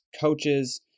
coaches